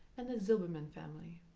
and the silbermann family.